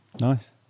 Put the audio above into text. Nice